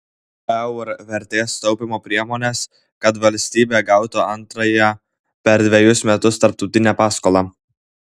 eur vertės taupymo priemones kad valstybė gautų antrąją per dvejus metus tarptautinę paskolą